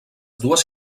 dues